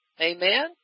Amen